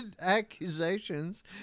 accusations